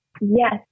Yes